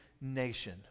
nation